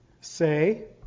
say